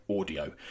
audio